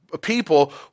people